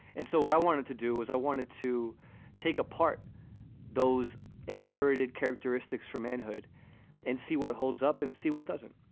and so what i wanted to do was i wanted to take apart those inherited characteristics for manhood and see what holds up and see what doesn't.